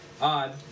odd